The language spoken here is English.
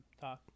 Talk